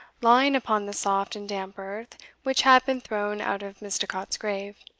lying upon the soft and damp earth which had been thrown out of misticot's grave.